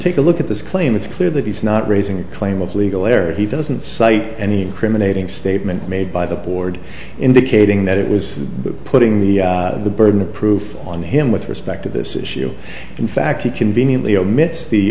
take a look at this claim it's clear that he's not raising a claim of legal error he doesn't cite any criminal aiding statement made by the board indicating that it was putting the burden of proof on him with respect to this issue in fact he conveniently omits the